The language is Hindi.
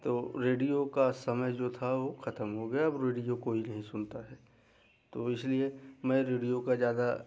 तो रेडियो का समय जो था वह ख़त्म हो गया अब रेडियो कोई नहीं सुनता है तो इसलिए मैं रेडियो को ज़्यादा